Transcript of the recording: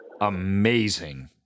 amazing